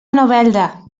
novelda